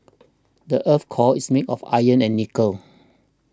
the earth's core is made of iron and nickel